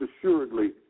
assuredly